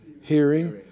hearing